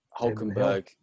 Hulkenberg